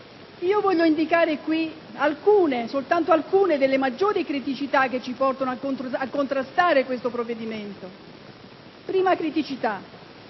Io voglio indicare alcune, soltanto alcune, delle maggiori criticità che ci portano a contrastare questo provvedimento. La prima criticità